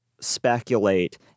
speculate